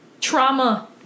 trauma